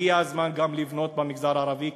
הגיע הזמן לבנות גם במגזר הערבי,